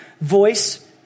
voice